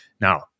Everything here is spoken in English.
Now